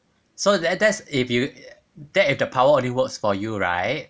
so that that's if you that if the power only works for you right